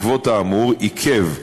בעקבות האמור עיכב,